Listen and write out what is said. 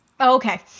Okay